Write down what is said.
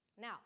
Now